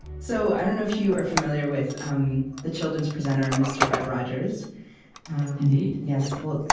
so i don't know if you are familiar with um the children's presenter, mr. fred rogers indeed yes, well,